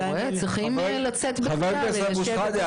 אתה --- חבר הכנסת אבו-שחאדה,